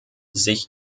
sich